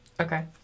Okay